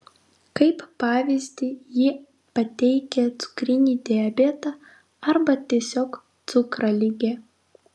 kaip pavyzdį ji pateikia cukrinį diabetą arba tiesiog cukraligę